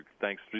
Thanks